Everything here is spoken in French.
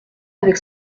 avec